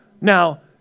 Now